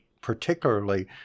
particularly